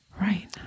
Right